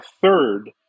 third